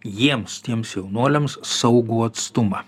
jiems tiems jaunuoliams saugų atstumą